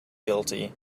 guilty